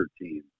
team